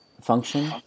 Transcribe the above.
function